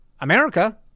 america